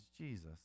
Jesus